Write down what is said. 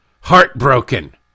heartbroken